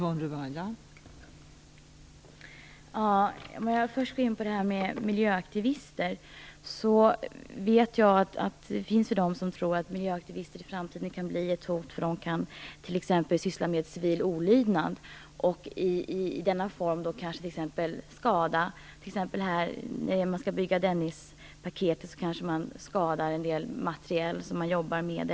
Fru talman! Om jag först går in på frågan om miljöaktivister kan jag säga att jag vet att det finns de som tror att miljöaktivister kan bli ett hot i framtiden, därför att de t.ex. kan syssla med civil olydnad och göra skada. Man skall bygga i anslutning till Dennispaketet. Miljöaktivisterna kanske skadar en del material som man jobbar med.